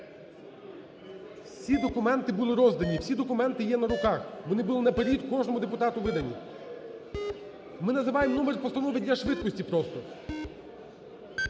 Усі документи були роздані, всі документи є на руках вони були наперед кожному депутату видані. Ми називаємо номер постанови для швидкості просто.